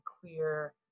clear